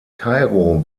kairo